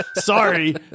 sorry